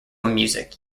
music